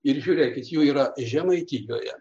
ir žiūrėkit jų yra žemaitijoje